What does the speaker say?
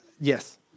Yes